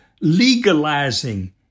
legalizing